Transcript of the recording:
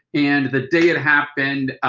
and the day it happened,